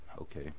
Okay